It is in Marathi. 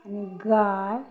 आणि गाय